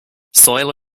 soil